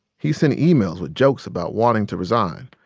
he sent emails with jokes about wanting to resign.